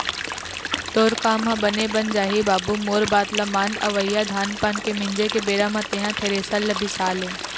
तोर काम ह बने बन जाही बाबू मोर बात ल मान अवइया धान पान के मिंजे के बेरा म तेंहा थेरेसर ल बिसा ले